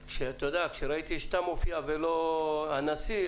כשראיתי שאתה מופיע ולא הנשיא,